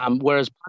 Whereas